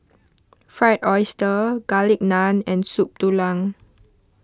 Fried Oyster Garlic Naan and Soup Tulang